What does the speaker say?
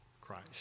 Christ